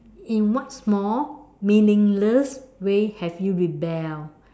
in what small meaningless way have you rebelled